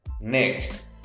Next